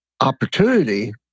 opportunity